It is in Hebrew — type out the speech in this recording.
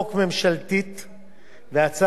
והצעת חוק פרטית שאני הגשתי.